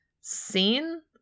seen